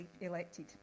elected